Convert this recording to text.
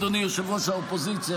אדוני ראש האופוזיציה,